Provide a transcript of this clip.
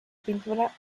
pintura